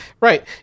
Right